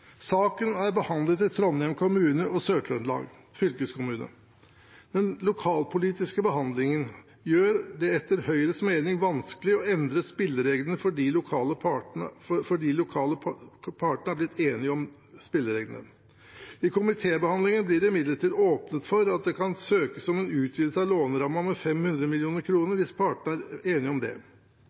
Saken er behandlet i Trondheim kommune og Sør-Trøndelag fylkeskommune. Den lokalpolitiske behandlingen gjør det etter Høyres mening vanskelig å endre spillereglene, fordi de lokale partene har blitt enige om spillereglene. I komitébehandlingen blir det imidlertid åpnet for at det kan søkes om en utvidelse av lånerammen med 500 mill. kr, hvis partene er enige om det.